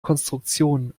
konstruktion